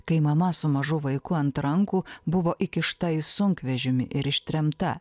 kai mama su mažu vaiku ant rankų buvo įkišta į sunkvežimį ir ištremta